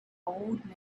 old